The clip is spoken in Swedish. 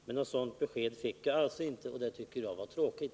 Men något sådant besked fick jag alltså inte, och det tycker jag är tråkigt.